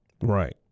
Right